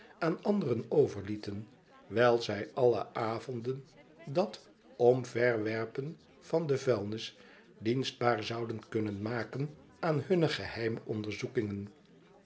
aan anderen overlieten terwijl zij alle avonden dat omverwerpen van de vuilnis dienstbaar zouden kunnen maken aan hunne geheime onderzoekingen